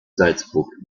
salzburg